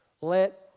Let